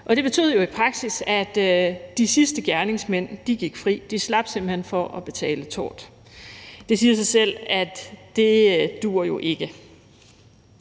og det betød jo i praksis, at de sidste gerningsmænd gik fri; de slap simpelt hen for at betale tort. Det siger sig selv, at det jo ikke